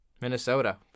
Minnesota